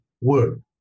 word